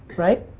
right?